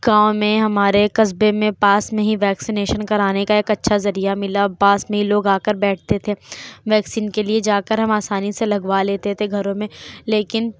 گاؤں میں ہمارے قصبے میں پاس میں ہی ویکسینیشن کرانے کا ایک اچھا ذریعہ ملا پاس میں ہی لوگ آ کر بیٹھتے تھے ویکسین کے لیے جا کر ہم آسانی سے لگوا لیتے تھے گھروں میں لیکن